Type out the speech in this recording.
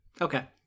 Okay